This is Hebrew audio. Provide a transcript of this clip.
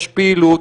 יש פעילות,